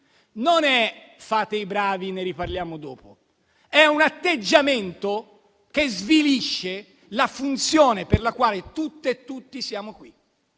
"fate i bravi, ne riparliamo dopo", ma è un atteggiamento che svilisce la funzione per la quale tutte e tutti siamo qui